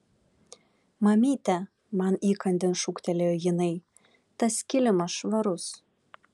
mamyte man įkandin šūktelėjo jinai tas kilimas švarus